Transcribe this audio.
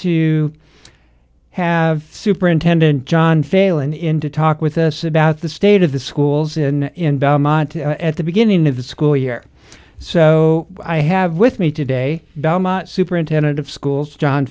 to have superintendent john failon in to talk with us about the state of the schools in in belmont at the beginning of the school year so i have with me today superintendent of schools john